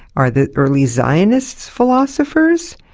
are the early zionists philosophers?